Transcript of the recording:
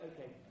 Okay